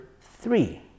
three